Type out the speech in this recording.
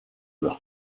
leur